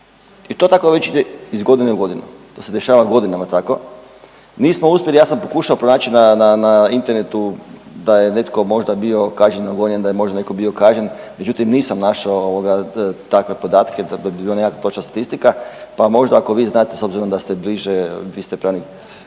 i to tako već ide iz godine u godinu, to se dešava godinama tako. Nismo uspjeli, ja sam pokušao pronaći na, na, na internetu da je netko možda bio kažnjeno gonjen, da je možda netko bio kažnjen, međutim nisam našao ovoga takve podatke da bi to bila nekakva točna statistika, pa možda ako vi znate s obzirom da ste bliže, vi ste pravnik,